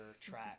track